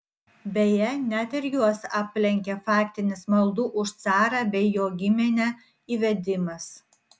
beje net ir juos aplenkė faktinis maldų už carą bei jo giminę įvedimas